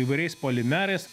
įvairiais polimerais